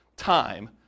Time